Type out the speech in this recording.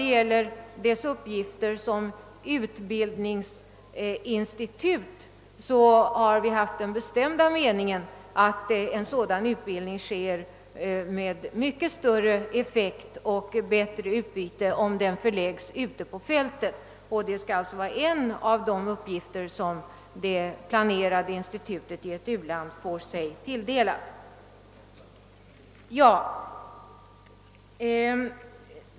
Vad gäller institutets uppgifter som utbildningsorgan har vi den bestämda meningen, att utbildningen kan bedrivas med mycket större effekt och bättre utbyte om den förläggs ute på fältet. Det skall alltså vara en av de uppgifter som det planerade institutet i ett uland får sig tilldelade.